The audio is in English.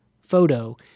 photo